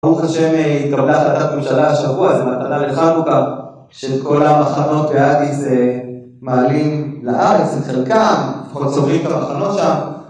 ברוך השם תודה להחלטת הממשלה השבוע, זה מתנה לחנוכה שכל המחנות באדיס אה... מעלים לארץ, את חלקם, קוצרים את המחנות שם